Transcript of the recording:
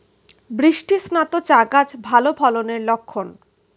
বৃষ্টিস্নাত চা গাছ ভালো ফলনের লক্ষন